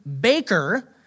Baker